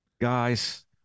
guys